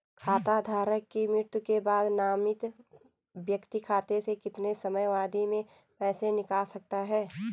खाता धारक की मृत्यु के बाद नामित व्यक्ति खाते से कितने समयावधि में पैसे निकाल सकता है?